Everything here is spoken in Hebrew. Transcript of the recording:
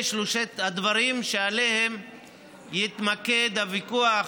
אלה שלושת הדברים שעליהם יתמקד הוויכוח,